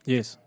Yes